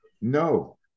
No